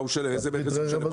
איזה מכס הוא משלם?